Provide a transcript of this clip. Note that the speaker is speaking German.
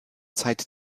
zeit